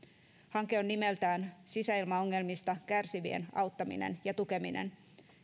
hanke on nimeltään sisäilmaongelmista kärsivien auttaminen ja tukeminen